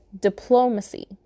Diplomacy